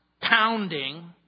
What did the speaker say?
pounding